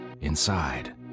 inside